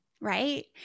right